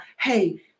Hey